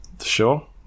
Sure